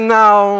now